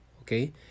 okay